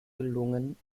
gelungen